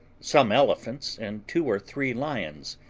some elephants, and two or three lions,